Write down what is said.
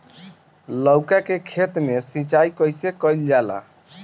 लउका के खेत मे सिचाई कईसे कइल जाला?